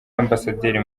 ambasaderi